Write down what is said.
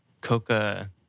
coca